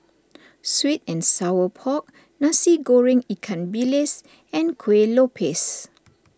Sweet and Sour Pork Nasi Goreng Ikan Bilis and Kuih Lopes